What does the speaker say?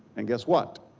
and guess what?